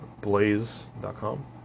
Blaze.com